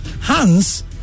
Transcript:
Hans